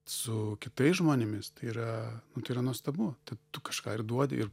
su kitais žmonėmis tai yra tai yra nuostabu tai tu kažką ir duodi ir